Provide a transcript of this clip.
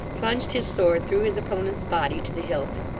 plunged his sword through his opponent's body to the hilt.